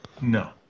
No